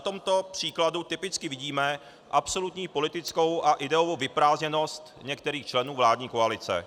Na tomto příkladu typicky vidíme absolutní politickou a ideovou vyprázdněnost některých členů vládní koalice.